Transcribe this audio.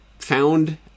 found